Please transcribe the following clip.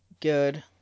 good